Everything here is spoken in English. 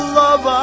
love